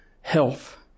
health